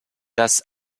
das